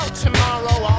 tomorrow